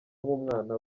nk’umwana